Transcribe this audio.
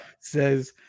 says